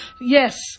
Yes